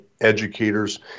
educators